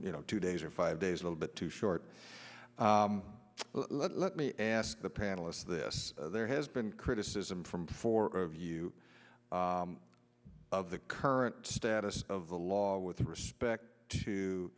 you know two days or five days a little bit too short let me ask the panelists this there has been criticism from four of you of the current status of the law with respect to